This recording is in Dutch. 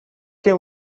geen